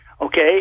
Okay